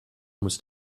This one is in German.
muss